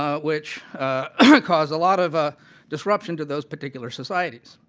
ah which ah caused a lot of ah disruption to those particular societies.